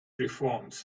reforms